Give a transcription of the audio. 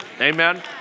Amen